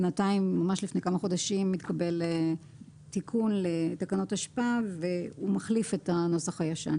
לפני כמה חודשים התקבל תיקון לתקנות אשפה והוא מחליף את הנוסח הישן